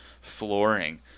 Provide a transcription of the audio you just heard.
flooring